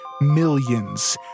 millions